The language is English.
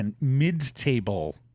mid-table